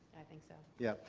i think so. yep.